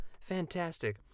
Fantastic